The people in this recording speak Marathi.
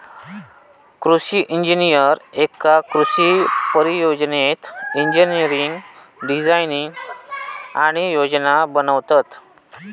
कृषि इंजिनीयर एका कृषि परियोजनेत इंजिनियरिंग डिझाईन आणि योजना बनवतत